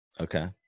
Okay